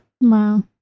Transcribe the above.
Wow